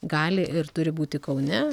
gali ir turi būti kaune